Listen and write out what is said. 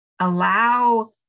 allow